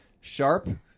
sharp